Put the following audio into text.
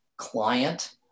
client